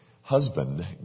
husband